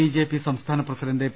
BJP സംസ്ഥാന president P